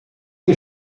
que